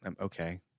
okay